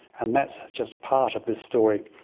and that's just part of this story.